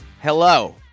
Hello